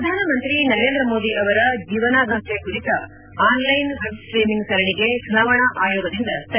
ಪ್ರಧಾನಮಂತ್ರಿ ನರೇಂದ್ರ ಮೋದಿ ಅವರ ಜೀವನಗಾಥೆ ಕುರಿತ ಆನ್ಲೈನ್ ವೆಬ್ ಸ್ಸಿಮಿಂಗ್ ಸರಣಿಗೆ ಚುನಾವಣಾ ಆಯೋಗದಿಂದ ತಡೆ